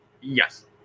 Yes